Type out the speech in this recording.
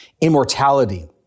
immortality